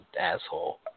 asshole